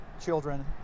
children